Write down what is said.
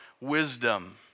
wisdom